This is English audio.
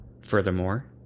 Furthermore